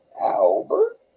Albert